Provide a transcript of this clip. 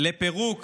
לפירוק